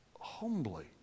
humbly